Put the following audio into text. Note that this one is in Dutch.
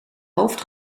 hoofd